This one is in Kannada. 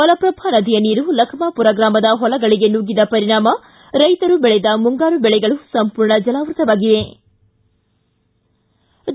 ಮಲಪ್ರಭಾ ನದಿಯ ನೀರು ಲಖಮಾಪೂರ ಗ್ರಾಮದ ಹೊಲಗಳಿಗೆ ನುಗ್ಗಿದ ಪರಿಣಾಮ ರೈತರು ಬೆಳೆದ ಮುಂಗಾರು ಬೆಳೆಗಳು ಸಂಪೂರ್ಣ ಜಲವೃತಗೊಂಡಿವೆ